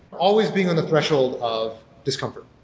always being on the threshold of discomfort.